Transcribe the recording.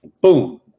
Boom